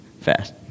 fast